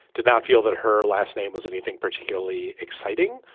did not feel that her last name was anything particularly exciting.